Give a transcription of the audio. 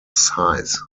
size